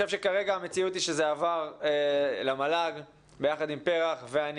המציאות כרגע היא שזה עבר למל"ג ביחד עם פר"ח ואני